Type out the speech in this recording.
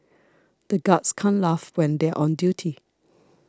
the guards can't laugh when they are on duty